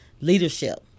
leadership